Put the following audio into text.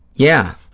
yeah,